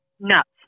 Nuts